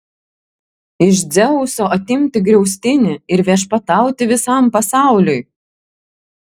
iš dzeuso atimti griaustinį ir viešpatauti visam pasauliui